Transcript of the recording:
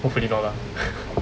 hopefully no lah